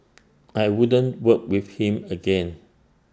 I wouldn't work with him again